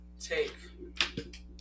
take